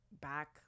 back